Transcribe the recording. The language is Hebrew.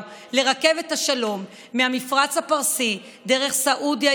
לרכבת השלום מהמפרץ הפרסי דרך סעודיה,